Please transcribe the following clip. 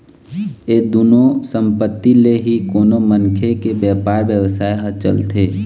ये दुनो संपत्ति ले ही कोनो मनखे के बेपार बेवसाय ह चलथे